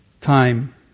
Time